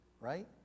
Right